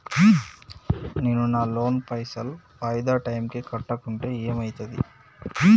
నేను నా లోన్ పైసల్ వాయిదా టైం కి కట్టకుంటే ఏమైతది?